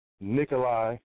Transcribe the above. Nikolai